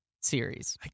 series